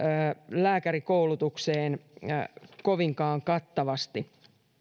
lääkärikoulutukseen kovinkaan kattavasti